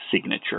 signature